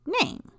name